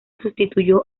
sustituyó